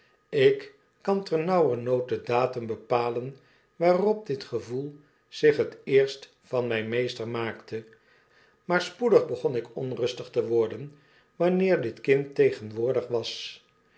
ik kan ternauwernood den datum bepalen waarop dit gevoei zich het eerst van my meester maakte maar spoedig begon ik onrustig te worden wanneer dit kind tegenwoordig was